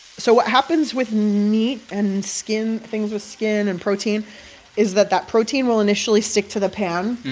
so what happens with meat and skin things with skin and protein is that that protein will initially stick to the pan.